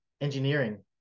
engineering